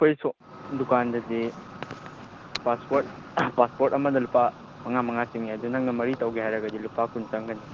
ꯑꯩꯈꯣꯏ ꯁꯣꯝ ꯗꯨꯀꯥꯟꯗꯗꯤ ꯄꯥꯁꯄꯣꯔꯠ ꯄꯥꯁꯄꯣꯔꯠ ꯑꯃꯗ ꯂꯨꯄꯥ ꯃꯉꯥ ꯃꯉꯥ ꯆꯤꯡꯉꯦ ꯑꯗꯨ ꯅꯪꯅ ꯃꯔꯤ ꯇꯧꯒꯦ ꯍꯥꯏꯔꯒꯗꯤ ꯂꯨꯄꯥ ꯀꯨꯟ ꯆꯪꯒꯅꯤ